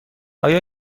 آیا